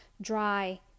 dry